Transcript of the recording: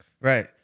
Right